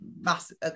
massive